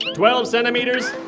twelve centimeters,